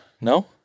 No